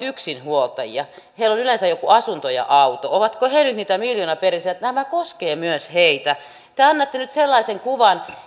yksinhuoltajia heillä on yleensä joku asunto ja auto ovatko he nyt niitä miljoonaperillisiä tämä koskee myös heitä te annatte nyt sellaisen kuvan